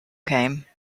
came